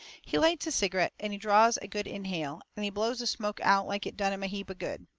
he lights his cigarette, and he draws a good inhale, and he blows the smoke out like it done him a heap of good.